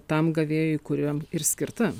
tam gavėjui kuriam ir skirta